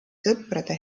sõprade